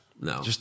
No